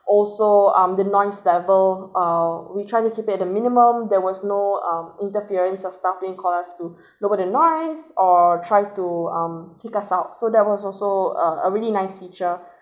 also um the noise level uh we try to keep it at the minimum there was no um interference of starting call us to lower the noise or try to um kick us out so that was also uh a really nice feature